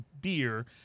beer